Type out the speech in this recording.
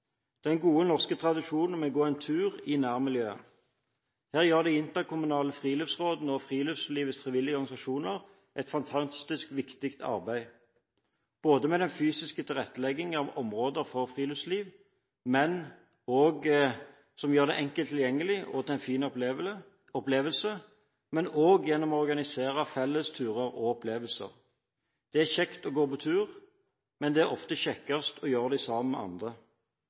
den gode norske tradisjonen med å gå en tur i nærmiljøet. Her gjør de interkommunale friluftsrådene og friluftslivets frivillige organisasjoner et fantastisk viktig arbeid, både med den fysiske tilretteleggingen av områder for friluftsliv, som gjør det enkelt tilgjengelig og til en fin opplevelse, og gjennom å organisere felles turer og opplevelser. Det er kjekt å gå på tur, men det er ofte kjekkest å gjøre det sammen med andre.